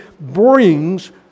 brings